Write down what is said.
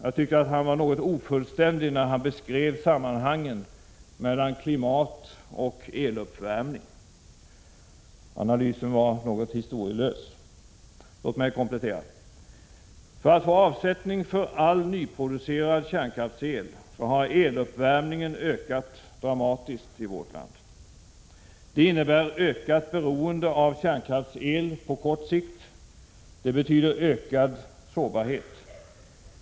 Jag tycker att han var något ofullständig när han beskrev sammanhanget mellan klimat och eluppvärmning. Analysen var något historielös. Låt mig komplettera: För att få avsättning av all nyproducerad kärnkraftsel har eluppvärmningen ökat dramatiskt i vårt land. Det innebär ökat beroende av kärnkraftsel på kort sikt. Det betyder ökad sårbarhet.